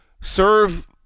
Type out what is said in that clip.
serve